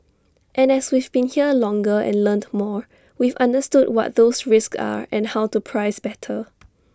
and as we've been here longer and learnt more we've understood what those risks are and how to price better